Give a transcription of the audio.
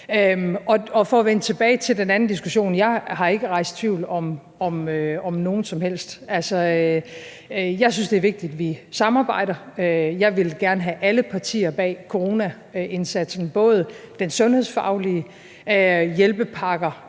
For at vende tilbage til den anden diskussion: Jeg har ikke rejst tvivl om nogen som helst. Jeg synes, det er vigtigt, vi samarbejder. Jeg vil gerne have alle partier bag coronaindsatsen, både den sundhedsfaglige del, hjælpepakker